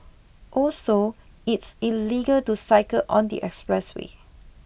also it's illegal to cycle on the expressway